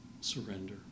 surrender